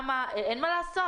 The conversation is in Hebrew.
אבל אין מה לעשות